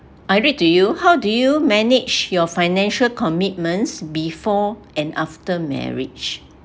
I read to you how do you manage your financial commitments before and after marriage